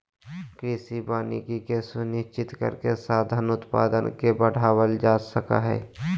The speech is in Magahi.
कृषि वानिकी के सुनिश्चित करके खाद्यान उत्पादन के बढ़ावल जा सक हई